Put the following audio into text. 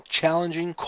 challenging